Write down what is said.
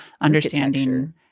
understanding